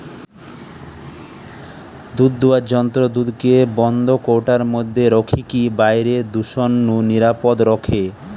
দুধদুয়ার যন্ত্র দুধকে বন্ধ কৌটার মধ্যে রখিকি বাইরের দূষণ নু নিরাপদ রখে